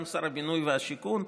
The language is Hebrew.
גם שר הבינוי והשיכון.